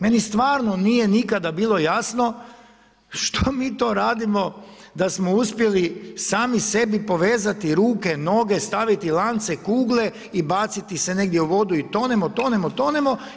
Meni stvarno nije nikada bilo jasno što mi to radimo da smo uspjeli sami sebi povezati ruke, noge, staviti lance, kugle i baciti se negdje u vodu i tonemo, tonemo, tonemo.